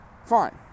fine